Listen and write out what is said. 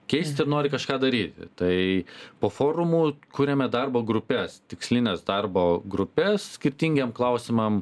keist ir nori kažką daryti tai po forumu kuriame darbo grupes tikslines darbo grupes skirtingiem klausimam